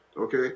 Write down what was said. okay